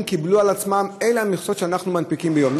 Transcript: קיבלו על עצמם: אלה המכסות להנפקה ביום.